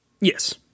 yes